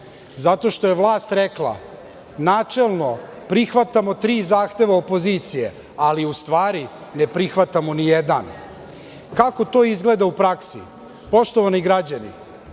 što je vlast rekla – načelno prihvatamo tri zahteva opozicije, ali u stvari ne prihvatamo nijedan. Kako to izgleda u praksi? Poštovani građani,